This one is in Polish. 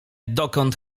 dokąd